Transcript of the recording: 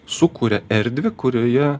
sukuria erdvę kurioje